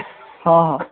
ହଁ ହଁ